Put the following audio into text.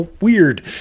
weird